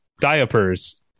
diapers